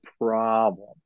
problem